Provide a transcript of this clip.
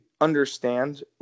understand